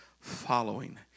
following